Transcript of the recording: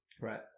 Right